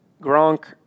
Gronk